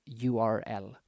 URL